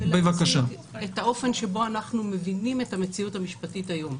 אשמח להתחיל ולהציג את האופן שבו אנחנו מבינים את המציאות המשפטית היום.